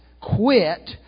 quit